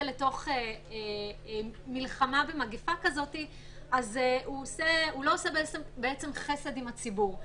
לתוך מלחמה כזאת במגפה למעשה לא עושה חסד עם הציבור.